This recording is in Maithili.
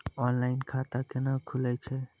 ऑनलाइन खाता केना खुलै छै?